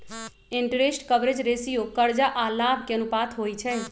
interest coverage ratio करजा आऽ लाभ के अनुपात होइ छइ